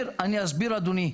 אני אסביר, אדוני.